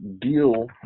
deal